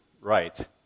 right